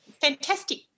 fantastic